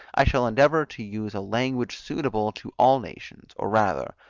i shall endeavour to use a language suitable to all nations or rather,